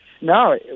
No